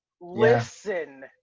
listen